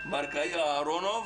ברקאי אהרונוף.